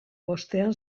bostean